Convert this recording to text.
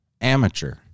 amateur